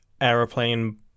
aeroplane